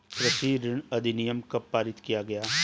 कृषि ऋण अधिनियम कब पारित किया गया?